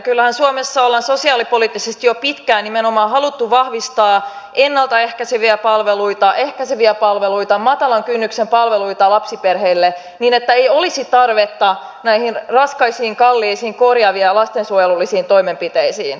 kyllähän suomessa ollaan sosiaalipoliittisesti jo pitkään nimenomaan haluttu vahvistaa ennalta ehkäiseviä palveluita ehkäiseviä palveluita matalan kynnyksen palveluita lapsiperheille niin että ei olisi tarvetta näihin raskaisiin kalliisiin korjaaviin ja lastensuojelullisiin toimenpiteisiin